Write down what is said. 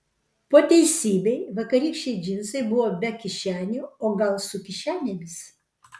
po teisybei vakarykščiai džinsai buvo be kišenių o gal su kišenėmis